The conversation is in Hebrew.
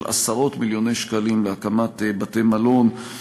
עשרות-מיליוני שקלים להקמת בתי-מלון,